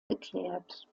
geklärt